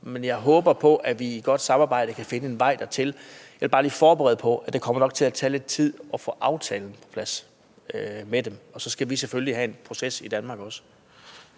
Men jeg håber på, at vi gennem et godt samarbejde kan finde en vej dertil. Jeg vil bare lige forberede spørgeren på, at det nok kommer til at tage tid at få aftalen med dem på plads. Og så skal vi selvfølgelig have en proces i Danmark også.